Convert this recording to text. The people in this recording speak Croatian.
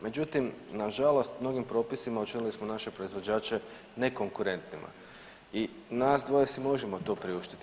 Međutim, na žalost mnogim propisima učinili smo naše proizvođače nekonkurentnima i nas dvoje si možemo to priuštiti.